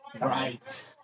Right